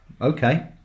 Okay